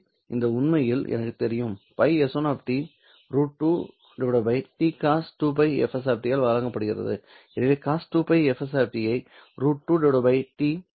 எனவே இந்த உண்மையில் எனக்கு தெரியும் ϕS1 √2 Tcos 2πfst ஆல் வழங்கப்படுகிறது எனவே cos 2πfst ஐ √2 T ϕ S1 என எழுத முடியும்